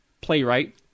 playwright